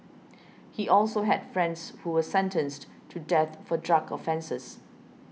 he also had friends who were sentenced to death for drug offences